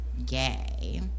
gay